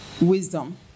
wisdom